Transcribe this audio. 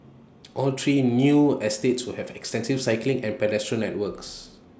all three new estates will have extensive cycling and pedestrian networks